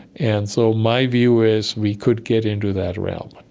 and so my view is we could get into that realm.